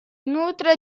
nutre